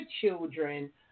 children